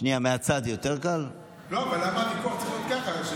אבל למה הוויכוח צריך להיות ככה?